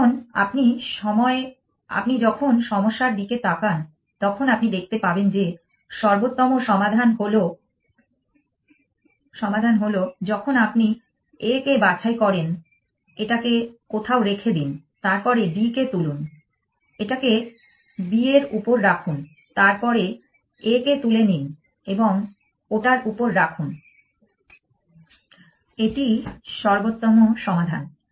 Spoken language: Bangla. এখন আপনি যখন সমস্যার দিকে তাকান তখন আপনি দেখতে পাবেন যে সর্বোত্তম সমাধান হল যখন আপনি A কে বাছাই করেন এটাকে কোথাও রেখে দিন তারপরে D কে তুলুন এটাকে B এর উপর রাখুন তারপরে A কে তুলে নিন এবং ওটার উপর রাখুন এটিই সর্বোত্তম সমাধান